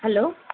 hello